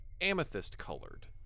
amethyst-colored